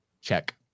check